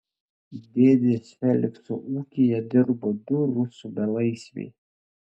dėdės felikso ūkyje dirbo du rusų belaisviai